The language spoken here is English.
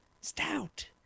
Stout